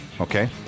Okay